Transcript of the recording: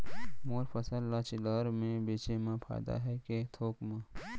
मोर फसल ल चिल्हर में बेचे म फायदा है के थोक म?